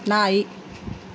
ನಾಯಿ